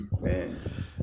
man